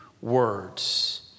words